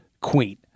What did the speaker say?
queen